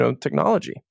technology